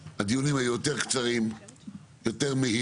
את העובדה הזאת שדיברנו על ההגשה ועל כל הסחבת ועל כל זה.